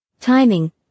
Timing